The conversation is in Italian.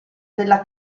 della